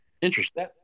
interesting